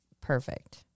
Perfect